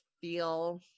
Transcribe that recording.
feel